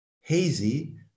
hazy